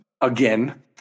again